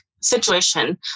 situation